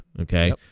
Okay